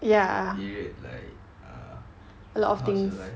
period like err how's your life